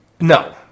no